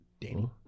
Danny